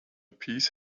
peace